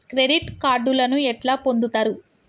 Credit కార్డులను ఎట్లా పొందుతరు?